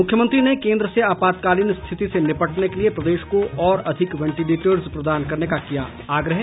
मुख्यमंत्री ने केंद्र से आपातकालीन स्थिति से निपटने के लिए प्रदेश को और अधिक वेंटिलेटर्स प्रदान करने का किया आग्रह